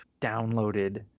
downloaded